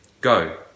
go